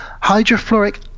hydrofluoric